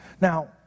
Now